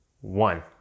one